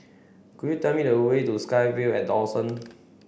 could you tell me the way to SkyVille at Dawson